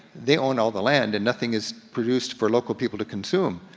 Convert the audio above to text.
they own all the land and nothing is produced for local people to consume.